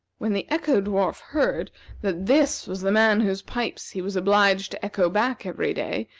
when the echo-dwarf heard that this was the man whose pipes he was obliged to echo back every day,